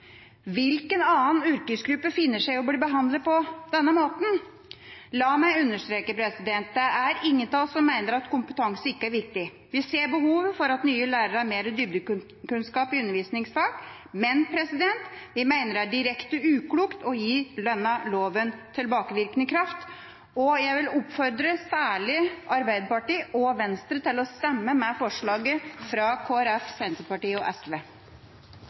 Hvilken annen yrkesgruppe finner seg i å bli behandlet på denne måten? La meg understreke: Det er ingen av oss som mener at kompetanse ikke er viktig. Vi ser behovet for at nye lærere har mer dybdekunnskap i undervisningsfag, men vi mener det er direkte uklokt å gi loven tilbakevirkende kraft. Jeg vil oppfordre særlig Arbeiderpartiet og Venstre til å stemme for forslaget fra Kristelig Folkeparti, Senterpartiet og SV.